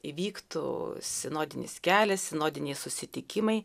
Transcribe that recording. įvyktų sinodinis kelias sinodiniai susitikimai